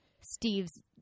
steve's